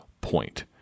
point